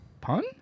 pun